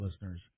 listeners